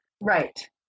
right